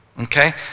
Okay